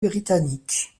britannique